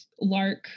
Lark